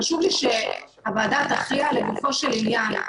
חשוב לי שהוועדה תכריע לגופו של עניין,